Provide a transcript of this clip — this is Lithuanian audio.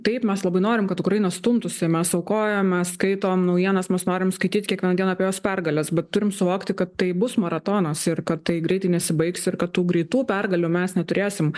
taip mes labai norim kad ukraina stumtųsi mes aukojam mes skaitom naujienas mes norim skaityt kiekvieną dieną apie jos pergales bet turim suvokti kad tai bus maratonas ir kad tai greitai nesibaigs ir kad tų greitų pergalių mes neturėsim